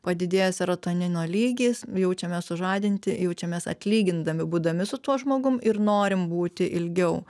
padidėja seratonino lygis jaučiamės sužadinti jaučiamės atlygindami būdami su tuo žmogum ir norim būti ilgiau